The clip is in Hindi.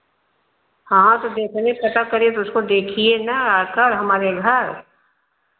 हाँ तो देखिए पता करिए फिर उसको देखिए ना आकर हमारे घर